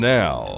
now